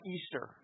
Easter